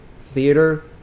theater